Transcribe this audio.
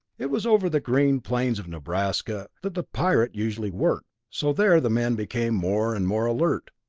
it was over the green plains of nebraska that the pirate usually worked, so there the men became more and more alert,